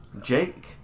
Jake